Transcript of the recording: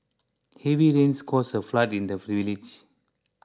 heavy rains caused a flood in the village